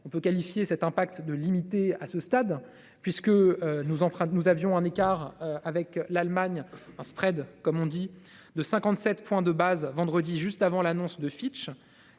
On peut qualifier cet impact de limiter à ce stade, puisque nous, nous avions un écart avec l'Allemagne un spread comme on dit, de 57 points de base vendredi, juste avant l'annonce de Fitch.